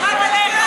איפה היו הח"כים שלך?